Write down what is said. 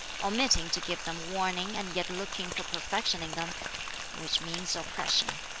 omitting to give them warning and yet looking for perfection in them which means oppression.